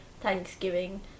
Thanksgiving